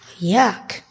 Yuck